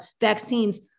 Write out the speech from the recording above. vaccines